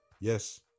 Yes